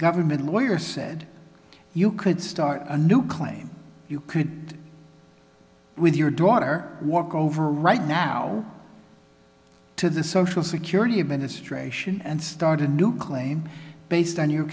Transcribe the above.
government lawyer said you could start a new claim you could with your daughter walk over right now to the social security administration and start a new claim based on your